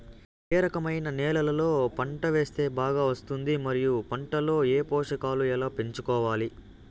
ఏ రకమైన నేలలో పంట వేస్తే బాగా వస్తుంది? మరియు పంట లో పోషకాలు ఎలా పెంచుకోవాలి?